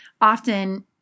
often